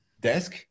desk